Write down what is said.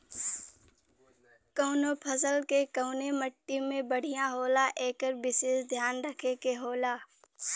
कउनो फसल के कउने मट्टी में बढ़िया होला एकर विसेस धियान रखे के होला